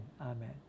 amen